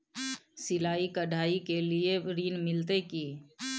सिलाई, कढ़ाई के लिए ऋण मिलते की?